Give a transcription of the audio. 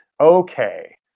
Okay